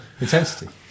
intensity